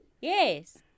yes